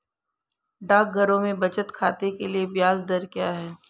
डाकघरों में बचत खाते के लिए ब्याज दर क्या है?